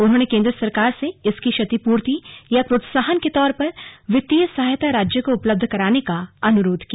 उन्होंने केंद्र सरकार से इसकी क्षतिपूर्ति या प्रोत्साहन के तौर पर वित्तीय सहायता राज्य को उपलब्ध कराने का अनुरोध किया